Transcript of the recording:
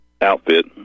outfit